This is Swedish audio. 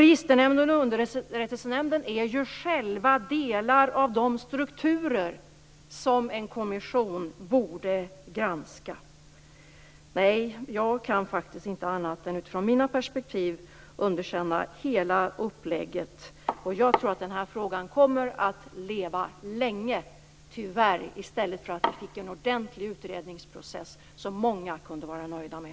Registernämnden och Underrättelsenämnden är ju själva delar av de strukturer som en kommission borde granska. Nej, jag kan faktiskt inte annat utifrån mina perspektiv än att underkänna hela upplägget. Jag tror att den här frågan tyvärr kommer att leva länge, i stället för att vi får en ordentlig utredningsprocess som många kunde vara nöjda med.